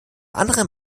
anderem